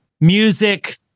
music